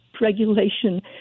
regulation